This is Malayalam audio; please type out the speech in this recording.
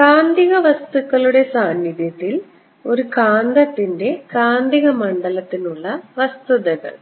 കാന്തിക വസ്തുക്കളുടെ സാന്നിധ്യത്തിൽ ഒരു കാന്തത്തിന്റെ കാന്തിക മണ്ഡലത്തിനുള്ള വസ്തുതകൾ